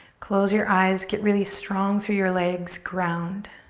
close your eyes, get really strong through your legs, ground.